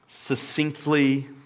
succinctly